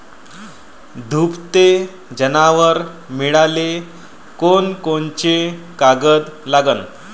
दुभते जनावरं मिळाले कोनकोनचे कागद लागन?